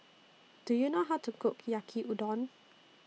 Do YOU know How to Cook Yaki Udon